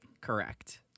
Correct